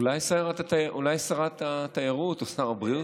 אולי שרת התיירות או שר הבריאות?